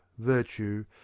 virtue